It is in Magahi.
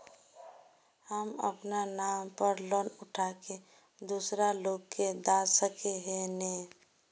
हम अपना नाम पर लोन उठा के दूसरा लोग के दा सके है ने